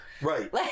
Right